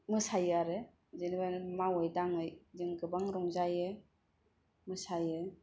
मोसायो आरो जेनेबा ओरैनो मावै दाङै जों गोबां रंजायो मोसायो